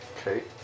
Okay